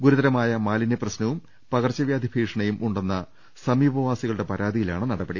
ഗുരുതരമായ മാലിന്യപ്രശ്നവും പകർച്ചവ്യാധി ഭീഷ ണിയും ഉണ്ടെന്ന സമീപവാസികളുടെ പരാതിയിലാണ് നട പടി